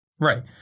Right